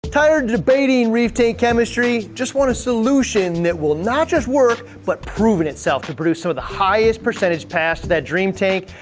tired of debating reef tank chemistry? just want a solution that will not just work, but proven itself to produce some of the highest percentage past to that dream tank?